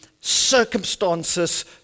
circumstances